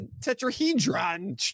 tetrahedron